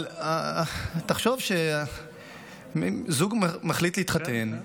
אבל תחשוב שזוג מחליט להתחתן,